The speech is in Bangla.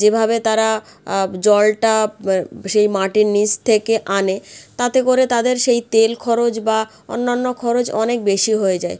যেভাবে তারা জলটা সেই মাটির নিচ থেকে আনে তাতে করে তাদের সেই তেল খরচ বা অন্যান্য খরচ অনেক বেশি হয়ে যায়